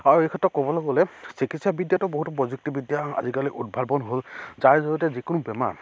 আৰু এই ক্ষেত্ৰত ক'বলৈ গ'লে চিকিৎসাবিদ্যাটো বহুতো প্ৰযুক্তিবিদ্যা আজিকালি উদ্ভাৱন হ'ল যাৰ জৰিয়তে যিকোনো বেমাৰ